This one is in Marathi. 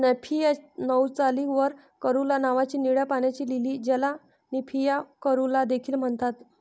निम्फिया नौचाली वर कॅरुला नावाची निळ्या पाण्याची लिली, ज्याला निम्फिया कॅरुला देखील म्हणतात